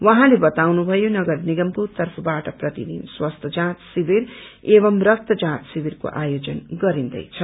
उहाँले बताउनुभयो नगर निगमको तर्फबाट प्रतिदिन स्वास्थ्य जाँच शिविर एवम रक्त जाँच शिविरको आयोजन गरिन्दैछ